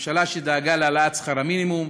ממשלה שדאגה להעלאת שכר המינימום,